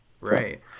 Right